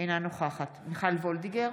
אינה נוכחת מיכל וולדיגר,